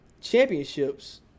championships